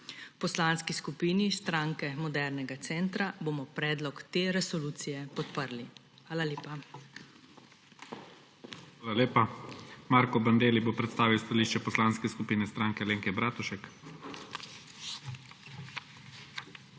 Poslanski skupini Stranke modernega centra bomo predlog te resolucije podprli. Hvala lepa. **PREDSEDNIK IGOR ZORČIČ:** Hvala lepa. Marko Bandelli bo predstavil stališče Poslanske skupine Stranke Alenke Bratušek.